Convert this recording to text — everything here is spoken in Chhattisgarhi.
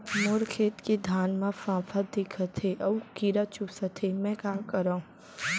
मोर खेत के धान मा फ़ांफां दिखत हे अऊ कीरा चुसत हे मैं का करंव?